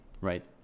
right